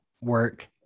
work